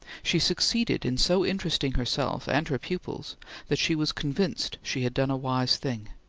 she succeeded in so interesting herself and her pupils that she was convinced she had done a wise thing.